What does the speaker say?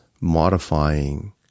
modifying